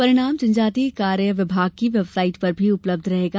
परिणाम जनजातीय कार्य विभाग की वेबसाईट पर भी उपलब्ध रहेगा